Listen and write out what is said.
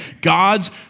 God's